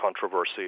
controversy